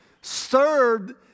served